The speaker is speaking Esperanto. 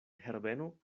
herbeno